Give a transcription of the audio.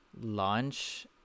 launch